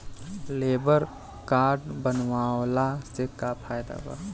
Labour card बनवाला से का फायदा बा?